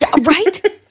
Right